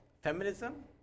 feminism